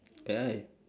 ya